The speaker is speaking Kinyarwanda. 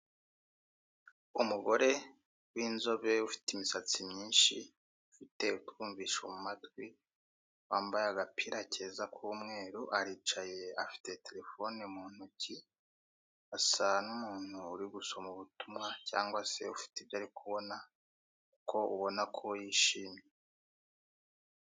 Umugore w'inzobe ufite imisatsi myinshi ufite urwumvisho mu matwi wambaye agapira keza k'umweru aricaye afite terefone mu ntoki asa n'umuntu uri gusoma ubutumwa cyangwa se ufite ibyo ari kubona kuko ubona ko yishimye.